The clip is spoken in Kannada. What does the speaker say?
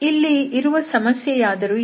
ಇಲ್ಲಿ ಇರುವ ಸಮಸ್ಯೆಯಾದರೂ ಏನು